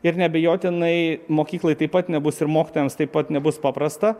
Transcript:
ir neabejotinai mokyklai taip pat nebus ir mokytojams taip pat nebus paprasta